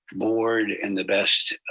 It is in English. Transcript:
board and the best